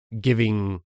giving